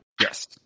Yes